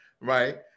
right